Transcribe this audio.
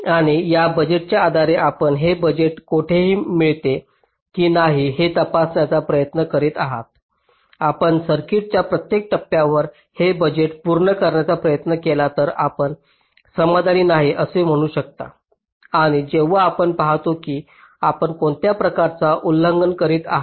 आणि या बजेटच्या आधारे आपण हे बजेट कोठेही मिळते की नाही हे तपासण्याचा प्रयत्न करीत आहात आपण सर्किटच्या प्रत्येक टप्प्यावर हे बजेट पूर्ण करण्याचा प्रयत्न केला तर आपण समाधानी नाही असे म्हणू शकता आणि जेव्हा आपण पाहतो की आपण कोणत्या प्रकारचा उल्लंघन करीत आहात